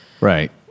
Right